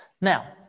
Now